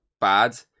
bad